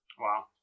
Wow